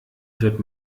wird